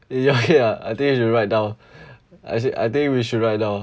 your head ah I think you should write down I say I think we should write down